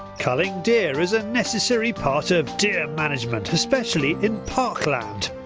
culling deer is a necessary part of deer management, especially in parkland.